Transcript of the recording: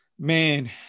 man